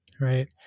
right